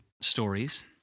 stories